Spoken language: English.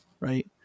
right